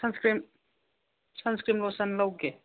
ꯁꯟ ꯏꯁꯀꯔꯤꯟ ꯁꯟ ꯏꯁꯀꯔꯤꯟ ꯂꯣꯁꯟ ꯂꯧꯒꯦ